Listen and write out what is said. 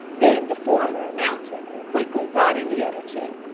then the former mounted and quickly brought in the other two.